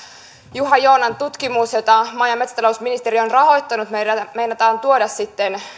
juha joonan tutkimus jota maa ja metsätalousministeriö on rahoittanut meinataan tuoda sitten